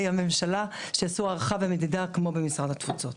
הממשלה שיעשו הערכה ומדידה כמו במשרד התפוצות.